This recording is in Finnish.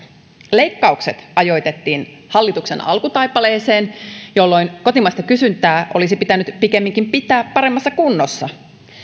leikkaukset ajoitettiin hallituksen alkutaipaleeseen jolloin kotimaista kysyntää olisi pitänyt pikemminkin pitää paremmassa kunnossa